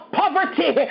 poverty